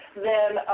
then